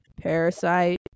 Parasite